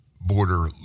border